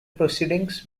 proceedings